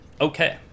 Okay